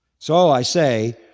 so i say,